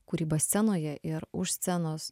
kūryba scenoje ir už scenos